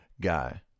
guy